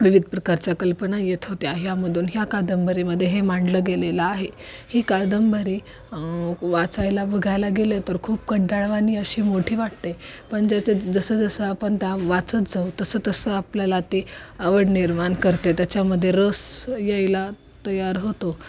विविध प्रकारच्या कल्पना येत होत्या ह्यामधून ह्या कादंबरीमध्ये हे मांडलं गेलेलं आहे ही कादंबरी वाचायला बघायला गेलं तर खूप कंटावाणी अशी मोठी वाटते पण ज्याच्या जसं जसं आपण त्या वाचत जाऊ तसं तसं आपल्याला ते आवड निर्माण करते त्याच्यामध्ये रस यायला तयार होतो